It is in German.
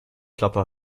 klappe